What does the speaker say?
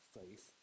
faith